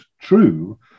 true